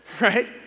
right